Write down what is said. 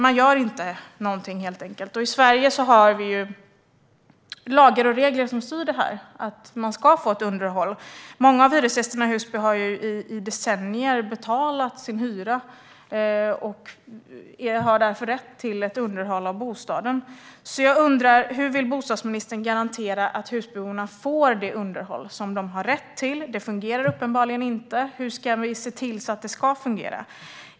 Man gör helt enkelt ingenting. I Sverige har vi lagar och regler som styr detta. Bostäderna ska få ett underhåll. Många av hyresgästerna i Husby har i decennier betalat sin hyra och har därför rätt till ett underhåll av bostaden. Jag undrar: Hur vill bostadsministern garantera att Husbyborna får det underhåll som de har rätt till? Det fungerar uppenbarligen inte. Hur ska vi se till att det fungerar?